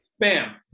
Bam